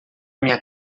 minha